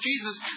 Jesus